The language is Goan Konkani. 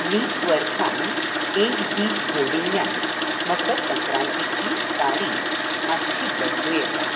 लीप वर्सांत एक दीस जोडिल्ल्यान मकर संक्रांतीची तारीक मातशी बदलूं येता